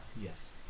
yes